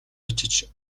очиж